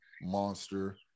Monster